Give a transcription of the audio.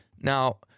Now